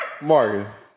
Marcus